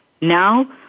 Now